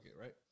right